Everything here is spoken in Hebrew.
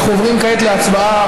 אנחנו עוברים כעת להצבעה.